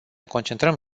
concentrăm